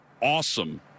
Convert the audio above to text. awesome